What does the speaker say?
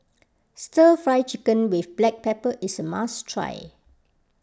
Stir Fry Chicken with Black Pepper is a must try